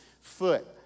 foot